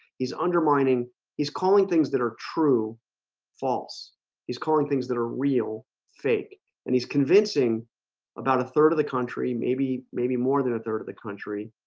he's undermining he's calling things that are true false he's calling things that are real fake and he's convincing about a third of the country maybe maybe more than a third of the country.